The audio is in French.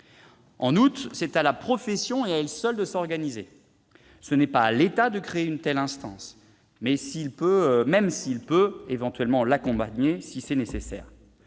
En outre, c'est à la profession et à elle seule de s'organiser. Ce n'est pas à l'État de créer une telle instance, même s'il peut l'accompagner en cas de besoin.